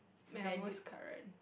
ya most current